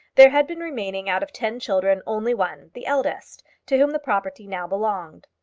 there had been remaining out of ten children only one, the eldest, to whom the property now belonged.